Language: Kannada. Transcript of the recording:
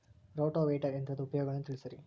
ರೋಟೋವೇಟರ್ ಯಂತ್ರದ ಉಪಯೋಗಗಳನ್ನ ತಿಳಿಸಿರಿ